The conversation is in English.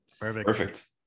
Perfect